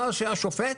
מה עושה השופט?